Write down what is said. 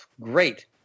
great